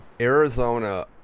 Arizona